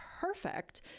perfect